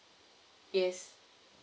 yes